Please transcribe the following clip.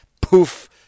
poof